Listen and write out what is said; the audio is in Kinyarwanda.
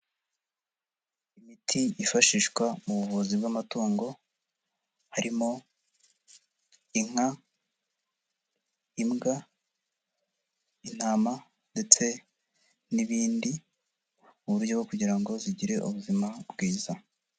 Imiti yifashishwa mu buvuzi bw'amatungo, harimo inka, imbwa, intama ndetse n'ibindi, mu buryo kugira ngo zigire ubuzima bwiza.